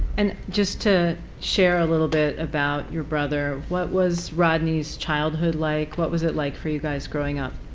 and just to share a little bit about your brother what was rodney's childhood like? what was it like for you guys growing up?